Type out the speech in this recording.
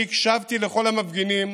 אני הקשבתי לכל המפגינים,